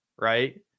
right